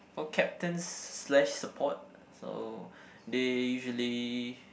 for captains slash support so they usually